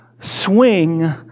swing